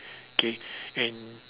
okay and